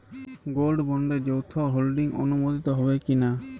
Gold বন্ডে যৌথ holding অনুমোদিত হবে কিনা?